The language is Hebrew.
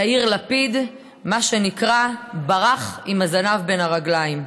יאיר לפיד, מה שנקרא, ברח עם הזנב בין הרגליים.